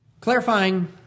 Clarifying